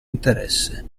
interesse